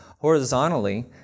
Horizontally